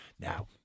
Now